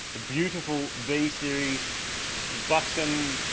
the beautiful b-series buxom,